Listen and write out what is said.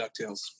DuckTales